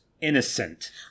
innocent